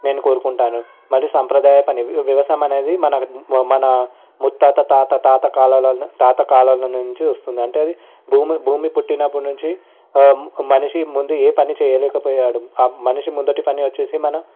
నేను కోరుకుంటాను మరి సంప్రదాయ పని వ్యవసాయం అనేది మన మన ముత్తాత తాత తాత కాలాల తాత కాలాల నుంచి వస్తుంది అంటే అది భూమి భూమి పుట్టినప్పటినుంచి మనిషి ముందు ఏ పని చేయలేకపోయాడు ఆ మనిషి ముందటి పని వచ్చేసి మన